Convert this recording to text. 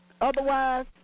Otherwise